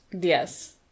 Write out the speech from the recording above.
Yes